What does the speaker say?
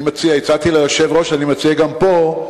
הצעתי ליושב-ראש ואני מציע גם פה,